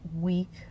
week